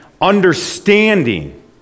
understanding